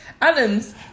Adams